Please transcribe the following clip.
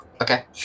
Okay